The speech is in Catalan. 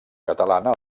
catalana